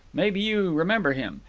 maybe you remember him?